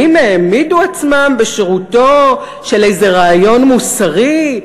האם העמידו עצמם בשירותו של איזה רעיון מוסרי?